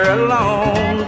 alone